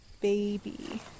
baby